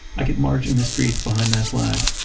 i could march in the streets behind that flag.